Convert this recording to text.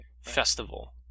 festival